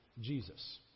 Jesus